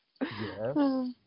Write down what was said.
Yes